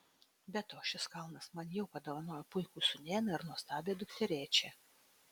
be to šis kalnas man jau padovanojo puikų sūnėną ir nuostabią dukterėčią